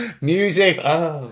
Music